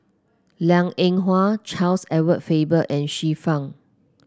Liang Eng Hwa Charles Edward Faber and Xiu Fang